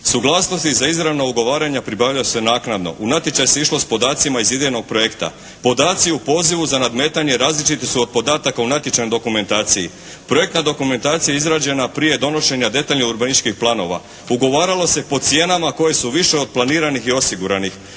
Suglasnosti za izravna ugovaranja pribavlja se naknadno. U natječaj se išlo s podacima iz idejnog projekta. Podaci u pozivu za nadmetanje različiti su od podataka u natječajnoj dokumentaciji. Projektna dokumentacija je izrađena prije donošenja detaljnih urbanističkih planova. Ugovaralo se po cijenama koje su više od planiranih i osiguranih.